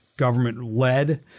government-led